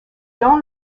dans